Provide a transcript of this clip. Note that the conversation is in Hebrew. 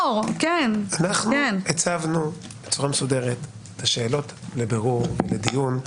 אנחנו הצבנו בצורה מסודרת את השאלות לבירור ולדיון.